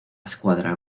escuadra